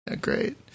great